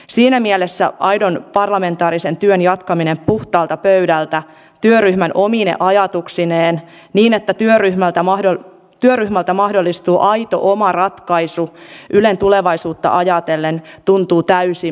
siinä mielessä aidon parlamentaarisen työn jatkaminen puhtaalta pöydältä työryhmän omine ajatuksineen niin että työryhmältä mahdollistuu aito oma ratkaisu ylen tulevaisuutta ajatellen tuntuu täysin mahdottomalta